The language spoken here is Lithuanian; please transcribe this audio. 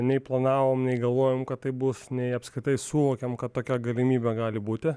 nei planavom nei galvojom kad taip bus nei apskritai suvokėm kad tokia galimybė gali būti